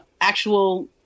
actual